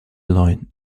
line